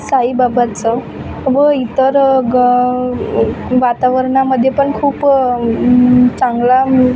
साईबाबांचं व इतर गं वातावरनामध्ये पण खूप चांगला